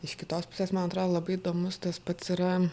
iš kitos pusės man atrodo labai įdomus tas pats yra